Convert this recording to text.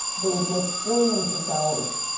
they would make billions of dollars.